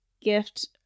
gift